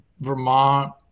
Vermont